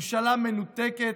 ממשלה מנותקת,